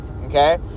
okay